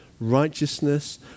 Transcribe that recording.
righteousness